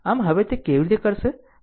આમ હવે તે કેવી રીતે કરશે